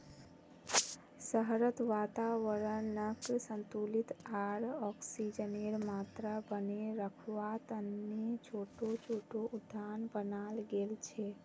शहरत वातावरनक संतुलित आर ऑक्सीजनेर मात्रा बनेए रखवा तने छोटो छोटो उद्यान बनाल गेल छे